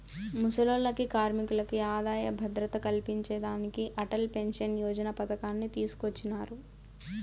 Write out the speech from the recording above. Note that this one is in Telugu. ముసలోల్లకి, కార్మికులకి ఆదాయ భద్రత కల్పించేదానికి అటల్ పెన్సన్ యోజన పతకాన్ని తీసుకొచ్చినారు